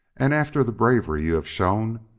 and after the bravery you've shown,